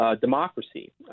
democracy